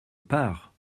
pars